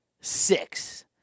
six